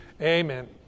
Amen